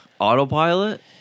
Autopilot